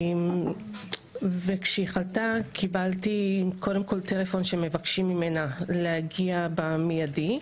כשהיא חלתה קיבלתי טלפון שמבקשים ממנה להגיע במיידי.